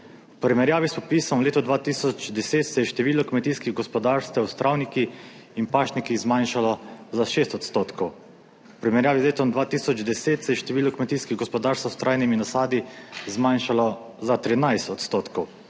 primerjavi s popisom v leto 2010 se je število kmetijskih gospodarstev s travniki in pašniki zmanjšalo za 6 odstotkov. V primerjavi z letom 2010 se je število kmetijskih gospodarstev s trajnimi nasadi zmanjšalo za 13 odstotkov,